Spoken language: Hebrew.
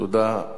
תודה.